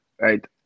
Right